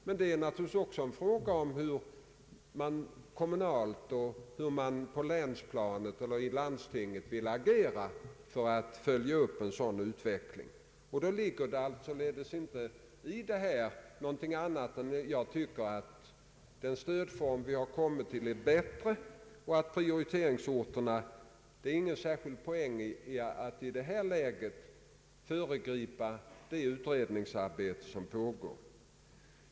Men det är naturligtvis också fråga om hur man i kommuner och landsting vill agera för att följa upp en sådan utveckling. Jag tycker att den stödform vi har bestämt oss för är bättre än den utredningen föreslog, och det finns ingen särskild anledning att i detta läge föregripa det utredningsarbete som pågår.